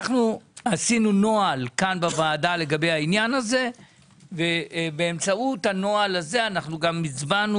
עשינו כאן בוועדה נוהל לגבי העניין הזה ובאמצעות הנוהל הזה גם הצבענו